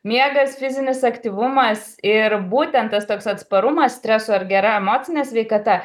miegas fizinis aktyvumas ir būtent tas toks atsparumas stresui ar gera emocinė sveikata